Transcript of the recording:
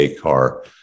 CAR